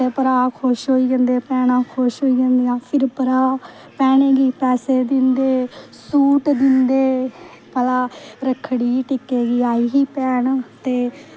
ते भ्राऽ खुश होई जंदे भैंना खुश होई जंदियां फिर भ्रा भैंनें गी पैसे दिंदे सूट दिंदे भला रक्खड़ी टिक्के गी आई ही भैन ते